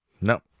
no